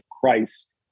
Christ